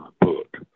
book